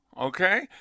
okay